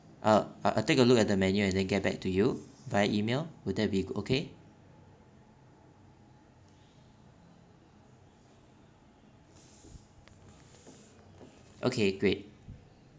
uh uh I'll take a look at the menu and then get back to you via email will that be okay okay great